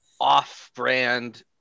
off-brand